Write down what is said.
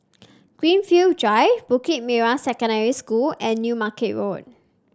Greenfield Drive Bukit Merah Secondary School and New Market Road